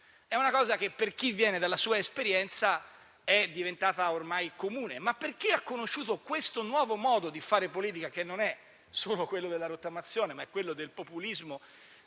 organizzativo: per chi viene dalla sua esperienza è diventato un fatto ormai comune, ma per chi ha conosciuto questo nuovo modo di fare politica, che non è solo quello della rottamazione, ma è quello del populismo,